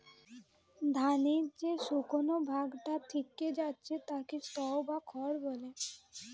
ধানের যে শুকনো ভাগটা থিকে যাচ্ছে তাকে স্ত্রও বা খড় বলে